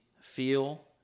feel